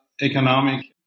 economic